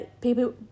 people